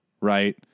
right